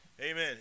amen